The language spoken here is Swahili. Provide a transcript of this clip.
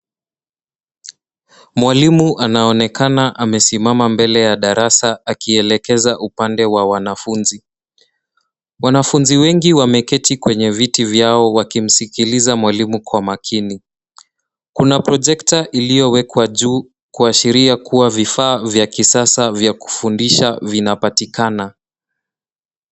Mwalimu anaonekana amesimama mbele ya darasa akielekeza upande wanafunzi. Wanafunzi wengi wameketi kwenye viti vyao wakimsikiliza mwalimu kwa makini. Kuna projekta iliyowekwa juu kuashiria kuwa vifaa vya kisasa vya kufundisha vinapatikana.